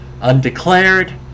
undeclared